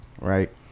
right